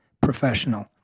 professional